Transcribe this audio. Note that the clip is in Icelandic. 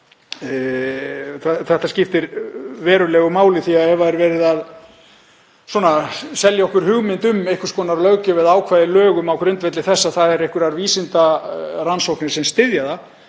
Þetta skiptir verulegu máli því að ef verið er að selja okkur hugmynd um einhvers konar löggjöf eða ákvæði í lögum á grundvelli þess að það séu einhverjar vísindalegar rannsóknir sem styðja það